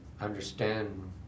understand